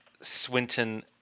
Swinton